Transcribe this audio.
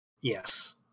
Yes